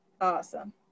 awesome